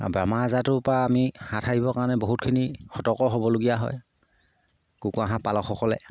বেমাৰ আজাৰটোৰপৰা আমি হাত সাৰিবৰ কাৰণে বহুতখিনি সতৰ্ক হ'বলগীয়া হয় কুকুৰা হাঁহ পালকসকলে